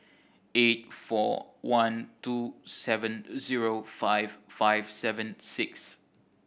eight four one two seven zero five five seven six